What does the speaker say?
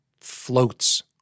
floats